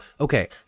okay